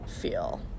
feel